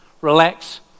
relax